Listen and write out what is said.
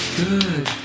good